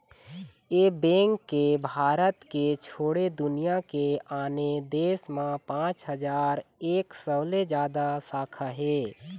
ए bank के भारत के छोड़े दुनिया के आने देश म पाँच हजार एक सौ ले जादा शाखा हे